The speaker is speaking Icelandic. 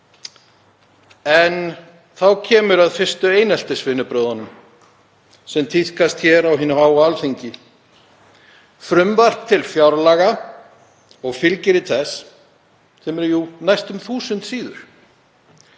Þá kemur að fyrstu eineltisvinnubrögðunum sem tíðkast hér á hinu háa Alþingi. Frumvarp til fjárlaga og fylgirit þess sem eru jú næstum eitt þúsund síður